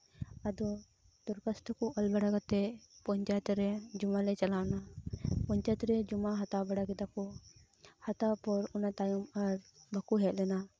ᱟᱫᱚ ᱫᱚᱨᱠᱟᱥᱛᱚ ᱠᱚ ᱚᱞ ᱵᱟᱲᱟ ᱠᱟᱛᱮᱫ ᱯᱚᱧᱪᱟᱭᱮᱛ ᱨᱮ ᱡᱚᱢᱟ ᱞᱮ ᱪᱟᱞᱟᱣ ᱮᱱᱟ ᱯᱚᱧᱪᱟᱭᱮᱛ ᱨᱮ ᱡᱚᱢᱟ ᱦᱟᱛᱟᱣ ᱵᱟᱲᱟ ᱠᱮᱫᱟ ᱠᱚ ᱦᱟᱛᱟᱣ ᱯᱚᱨ ᱚᱱᱟ ᱛᱟᱭᱚᱢ ᱟᱨ ᱵᱟᱠᱚ ᱦᱮᱡ ᱞᱮᱱᱟ